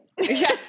Yes